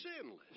sinless